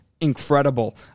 incredible